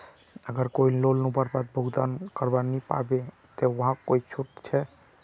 अगर कोई लोन लुबार बाद भुगतान करवा नी पाबे ते वहाक कोई छुट छे?